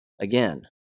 Again